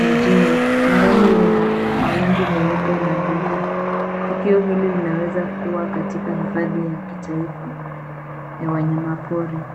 mjini. Anga lina mawingu meupe na bluu. Tukio hili linaweza kuwa katika hifadhi ya kitaifa ya wanyama pori.